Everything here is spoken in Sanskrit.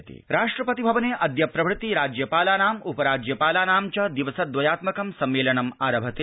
राज्यपाल सम्मेलनम् राष्ट्रपति भवने अद्य प्रभृति राज्यपालानाम् उप राज्यपालानां च दिवस द्वयात्मकं सम्मेलनम् आरभते